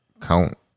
Count